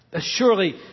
Surely